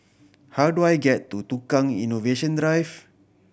how do I get to Tukang Innovation Drive